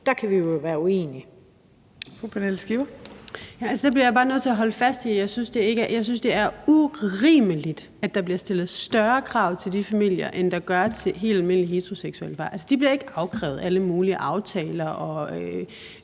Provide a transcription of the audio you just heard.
Pernille Skipper. Kl. 18:51 Pernille Skipper (EL): Der bliver jeg bare nødt til at holde fast i, at jeg synes, det er urimeligt, at der bliver stillet større krav til de familier, end der gør til det helt almindelige heteroseksuelle par. De bliver ikke afkrævet alle mulige aftaler og